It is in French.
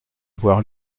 avoir